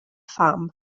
pham